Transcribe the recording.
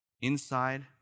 inside